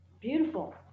Beautiful